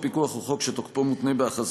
חברות וחברי הכנסת,